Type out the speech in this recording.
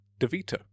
devita